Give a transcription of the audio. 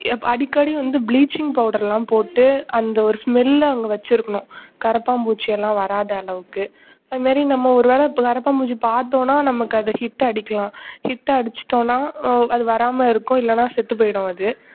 அடிக்கடி வந்து பிளீச்சிங் பவுடர்லாம் போட்டு அந்த ஒரு ஸ்மெல்லை அங்கே வச்சுருக்கணும் கரப்பான்பூச்சியெல்லாம் வராத அளவுக்கு அது மாரி நம்ம ஒரு வேளை இப்போ கரப்பான்பூச்சி பாத்தோம்னா நமக்கு அது ஹிட் அடிக்கலாம் ஹிட் அடிச்சிட்டோம்னா அது வராமல் இருக்கும் இல்லைனா செத்து போய்டும் அது